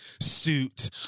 suit